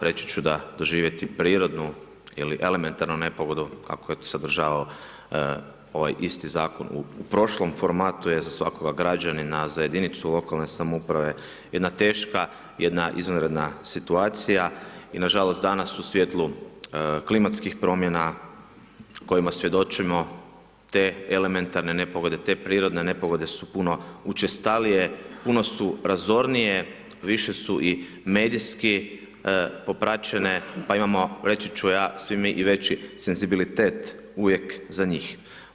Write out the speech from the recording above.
Reći da doživjeti prirodnu ili elementarnu nepogodu, kako je sadržavao ovaj isti zakon u prošlom formatu je za svakoga građanina, za jedinicu lokalne samouprave jedna teška, jedna izvanredna situacija i nažalost danas u svjetlu klimatskih promjena kojima svjedočimo te elementarne nepogode, te prirodne nepogode su učestalije, puno su razornije, više su i medijski popraćene, pa imamo, reći ću ja, svi mi i veći senzibilitet uvijek za njih.